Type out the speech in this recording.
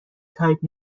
تایپ